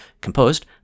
composed